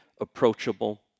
approachable